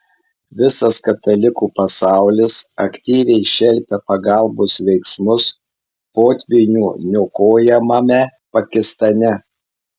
visas katalikų pasaulis aktyviai šelpia pagalbos veiksmus potvynių niokojamame pakistane